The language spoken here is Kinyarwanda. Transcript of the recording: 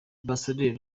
ambasaderi